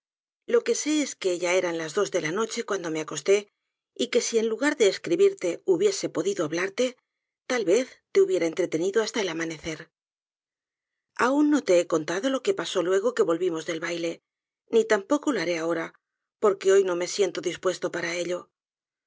lo que sé es que ya eran las dos de la noche eaando me acostó y que sí en lugar de escribirte hubiese podido hablarte tal vez te hubiera entretenido iktsta el amaneceraun no te he contado lo que pasó'luego que volvimos del baile niampocolo haré ahora porque hoy no me siento dispuesto para ello